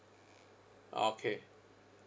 okay